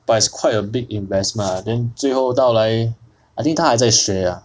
but it's quite a big invest lah then 最后到来 I think 他还在学 lah